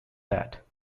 that